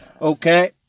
okay